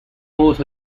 juegos